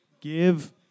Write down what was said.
Give